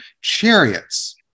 chariots